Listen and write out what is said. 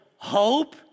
Hope